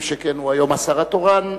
שכן הוא היום השר התורן,